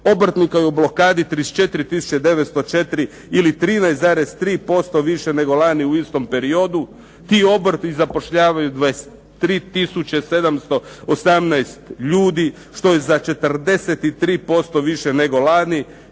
Obrtnika je u blokadi 34904 ili 13,3% više nego lani u istom periodu. Ti obrti zapošljavaju 23718 ljudi što je za 43% više nego lani